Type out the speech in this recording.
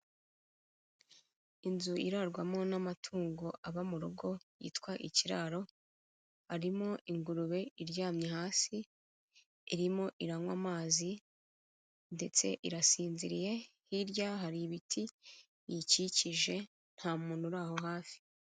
Inzu irarwamo n'amatungo aba mu rugo yitwa ikiraro, harimo ingurube iryamye hasi irimo iranywa amazi ndetse irasinziriye, hirya hari ibiti biyikikije nta muntu uri aho hafi.